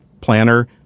planner